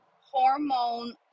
hormone